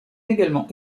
également